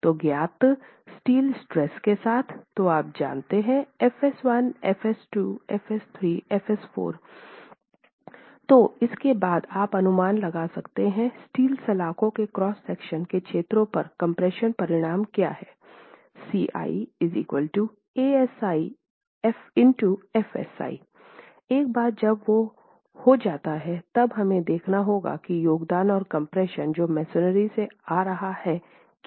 तो ज्ञात steel stress के साथ तो आप जानते हैं f s1 f s2 f s3 f s4 तो इसके बाद आप अनुमान लगा सकते हैं स्टील सलाखों के क्रॉस सेक्शन के क्षेत्रों पर कम्प्रेशन परिणाम क्या हैं एक बार जब वो हो जाता है तब हमें देखना होगा कि योगदान और कम्प्रेशन जो मसोनरी से आ रहा है क्या है